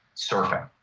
surfing.